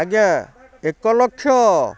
ଆଜ୍ଞା ଏକ ଲକ୍ଷ